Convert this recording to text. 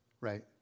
right